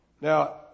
Now